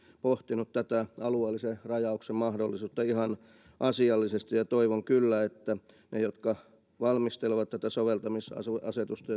pohtinut tätä alueellisen rajauksen mahdollisuutta ihan asiallisesti ja toivon kyllä että ne jotka valmistelevat tätä soveltamisasetusta